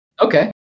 Okay